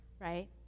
right